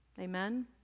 Amen